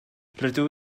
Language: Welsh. rydw